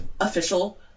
official